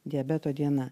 diabeto diena